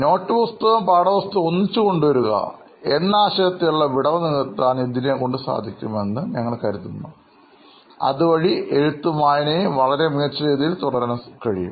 not പുസ്തകവും പാഠപുസ്തകവും ഒന്നിച്ചു കൊണ്ടുവരിക എന്ന ആശയത്തിലുള്ള വിടവ് നികത്താൻ ഇതിനെ കൊണ്ട് സാധിക്കും എന്ന് ഞങ്ങൾ കരുതുന്നു അതുവഴി എഴുത്തും വായനയും വളരെ മികച്ച രീതിയിൽ തുടരാൻ കഴിയും